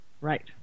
Right